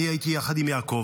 אני הייתי יחד עם יעקב,